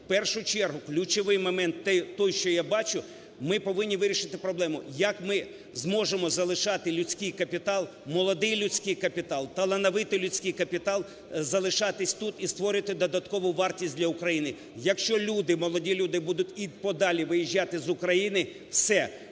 В першу чергу ключовий момент той, що я бачу, ми повинні вирішити проблему. Як ми зможемо залишати людський капітал, молодий людський капітал, талановитий людський капітал, залишатись тут і створити додаткову вартість для України? Якщо люди, молоді люди будуть і подалі виїжджати з України – все,